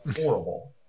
horrible